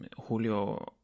Julio